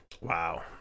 wow